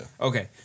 Okay